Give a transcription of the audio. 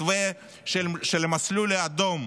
מתווה של המסלול האדום,